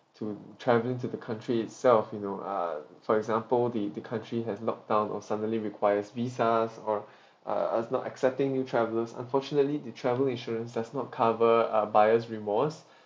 to traveling to the country itself you know uh for example the the country has locked down or suddenly requires visas or uh is not accepting new travelers unfortunately the travel insurance does not cover uh buyer's remorse